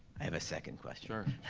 i have a second question. sure.